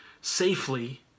safely